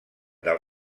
del